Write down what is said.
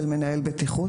של מנהל בטיחות.